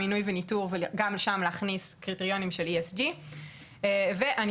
מינוי וניטור וגם שם להכניס קריטריונים של ESG. בנוסף,